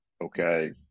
okay